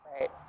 Right